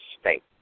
state